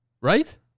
Right